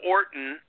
Orton